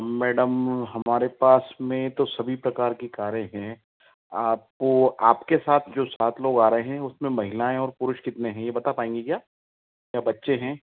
madam हमारे पास में तो सभी प्रकार की कारें हैं आप को आप के साथ जो सात लोग आ रहे हैं उसमें महिलाएँ और पुरुष कितने हैं ये बता पाएँगी क्या या बच्चे हैं